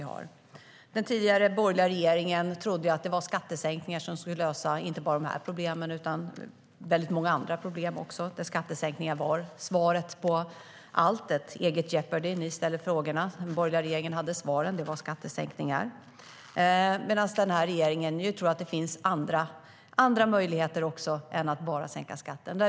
Den nuvarande regeringen tror att det finns andra möjligheter än att bara sänka skatten.